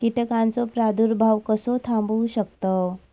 कीटकांचो प्रादुर्भाव कसो थांबवू शकतव?